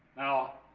now,